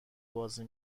بازی